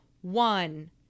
one